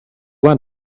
want